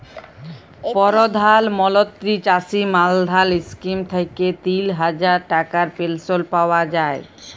পরধাল মলত্রি চাষী মাল্ধাল ইস্কিম থ্যাইকে তিল হাজার টাকার পেলশল পাউয়া যায়